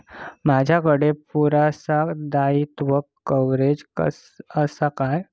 माजाकडे पुरासा दाईत्वा कव्हारेज असा काय?